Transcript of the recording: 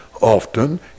Often